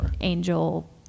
angel